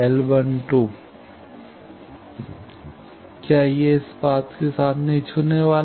L करता है क्या यह इस पथ के साथ नहीं छूने वाला है